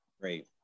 Great